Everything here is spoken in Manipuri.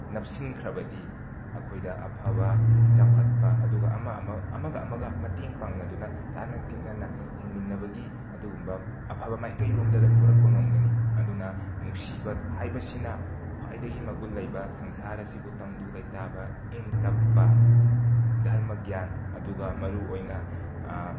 ꯅꯞꯁꯤꯟꯈ꯭ꯔꯕꯗꯤ ꯑꯩꯪꯈꯣꯏꯗ ꯑꯐꯕ ꯆꯥꯎꯈꯠꯄ ꯑꯗꯨꯒ ꯑꯃ ꯑꯃ ꯑꯃꯒ ꯑꯃꯒ ꯃꯇꯦꯡ ꯄꯥꯡꯅꯗꯨꯅ ꯇꯥꯅ ꯇꯤꯛꯅꯅ ꯍꯤꯡꯃꯤꯟꯅꯕꯒꯤ ꯑꯗꯨꯒꯨꯝꯕ ꯑꯐꯕ ꯃꯥꯏꯀꯩꯂꯣꯝꯗꯒ ꯄꯨꯔꯛꯄ ꯉꯝꯒꯅꯤ ꯑꯗꯨꯅ ꯅꯨꯡꯁꯤꯕ ꯍꯥꯏꯕꯁꯤꯅ ꯈ꯭ꯋꯥꯏꯗꯒꯤ ꯃꯒꯨꯟ ꯂꯩꯕ ꯁꯪꯁꯥꯔ ꯑꯁꯤꯕꯨ ꯇꯪꯗꯨ ꯂꯩꯇꯥꯕ ꯏꯪ ꯇꯞꯄ ꯙꯔꯃ ꯒ꯭ꯌꯥꯟ ꯑꯗꯨꯒ ꯃꯔꯨꯑꯣꯏꯅ